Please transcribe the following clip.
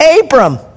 Abram